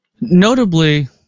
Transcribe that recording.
notably